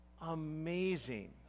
amazing